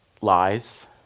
lies